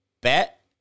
Bet